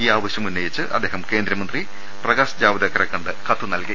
ഈ ആവശൃം ഉന്നയിച്ച് അദ്ദേഹം കേന്ദ്രമന്ത്രി പ്രകാശ് ജാവദേക്കറെകണ്ട് കത്ത് നൽകി